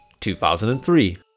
2003